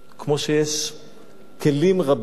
כמו שיש כלים רבים